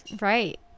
right